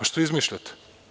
Što izmišljate?